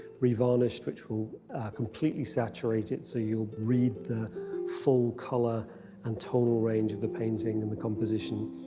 re-varnished which will completely saturate it so you'll read the full color and tonal range of the painting and the composition.